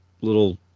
little